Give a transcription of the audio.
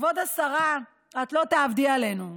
כבוד השרה, את לא תעבדי עלינו.